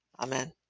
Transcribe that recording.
Amen